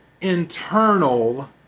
internal